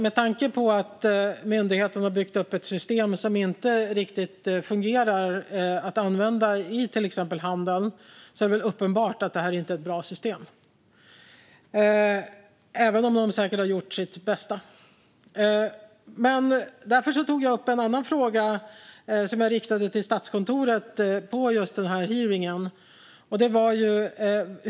Med tanke på att myndigheten har byggt upp ett system som inte riktigt fungerar att använda i till exempel handeln är det uppenbart att det inte är ett bra system, även om de säkert har gjort sitt bästa. Jag tog upp en annan fråga som jag riktade till Statskontoret på hearingen.